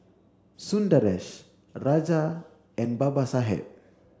Sundaresh Raja and Babasaheb